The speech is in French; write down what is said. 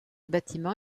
bâtiment